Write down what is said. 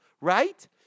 Right